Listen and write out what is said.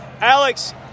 Alex